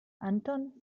anton